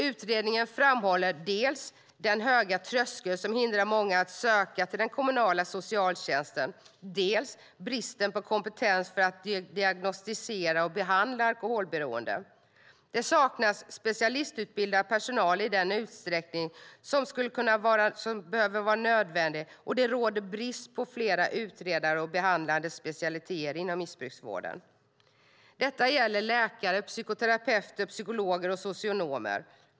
Utredningen framhåller dels den höga tröskel som hindrar många att söka sig till den kommunala socialtjänsten, dels bristen på kompetens för att diagnostisera och behandla alkoholberoende. Det saknas specialistutbildad personal i den utsträckning som skulle vara nödvändig, och det råder brist på flera utredande och behandlande specialiteter inom missbrukarvården. Detta gäller läkare, psykoterapeuter, psykologer och socionomer.